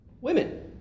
women